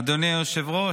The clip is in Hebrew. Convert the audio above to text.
אדוני היושב-ראש,